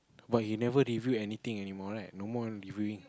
but he never review anything anymore right no more reviewing